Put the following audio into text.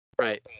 right